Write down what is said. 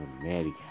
America